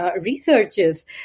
researchers